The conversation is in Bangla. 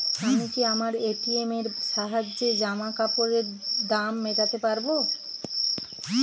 আমি কি আমার এ.টি.এম এর সাহায্যে জামাকাপরের দাম মেটাতে পারব?